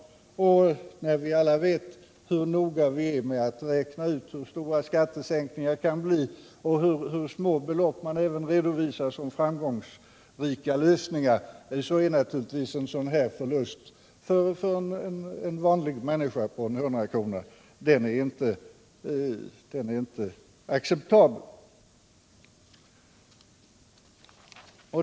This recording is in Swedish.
Och när vi alla vet hur noga vi är med att försöka räkna ut hur stora skattesänkningarna kan bli och hur man även redovisar små belopp som framgångsrika lösningar, förstår vi att en förlust på 100 kr. för en vanlig människa naturligtvis inte är acceptabel.